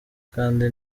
kandi